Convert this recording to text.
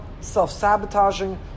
self-sabotaging